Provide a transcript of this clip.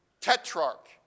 tetrarch